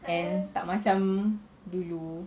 and tak macam dulu